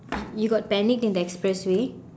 you you got panicked in the expressway